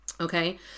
okay